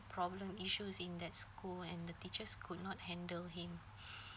problem issues in that school and the teachers could not handle him